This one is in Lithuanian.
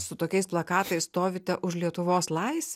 su tokiais plakatais stovite už lietuvos laisvę